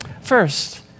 First